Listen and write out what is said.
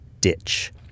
ditch